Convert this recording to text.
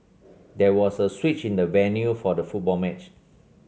there was a switch in the venue for the football match